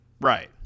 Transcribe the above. Right